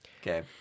Okay